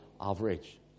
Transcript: average